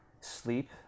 sleep